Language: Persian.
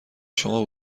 شما